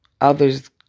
others